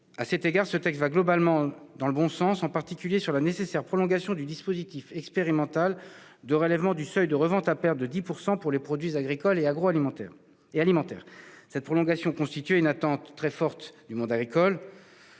À cet égard, ce texte va globalement dans le bon sens, en particulier sur la nécessaire prolongation du dispositif expérimental de relèvement du seuil de revente à perte de 10 % pour les produits agricoles et alimentaires. Cette prolongation constituait une attente très forte du monde agricole.